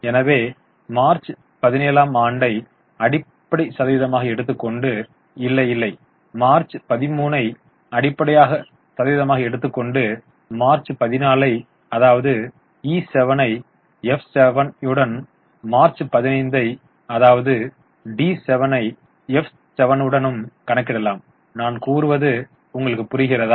எனவே மார்ச் 17 ஆம் ஆண்டை அடிப்படை சதவீதமாக எடுத்துக்கொண்டு இல்லை மார்ச் 13 ஐ அடிப்படையாக சதவீதமாக எடுத்துக்கொண்டு மார்ச் 14 ஐ அதாவது E7 ஐ F7 யுடனும் மார்ச் 15 ஐ அதாவது D7 ஐ F7 யுடனும் கணக்கிடலாம் நான் கூறுவது உங்களுக்கு புரிகிறதா